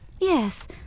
Yes